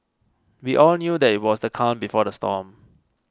we all knew that it was the calm before the storm